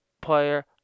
player